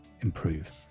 improve